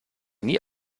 nie